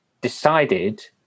decided